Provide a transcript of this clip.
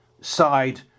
side